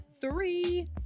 three